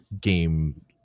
game